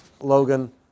Logan